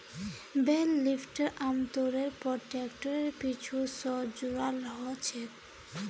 बेल lifter आमतौरेर पर ट्रैक्टरेर पीछू स जुराल ह छेक